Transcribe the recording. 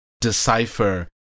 decipher